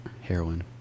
Heroin